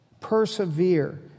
Persevere